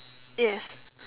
yes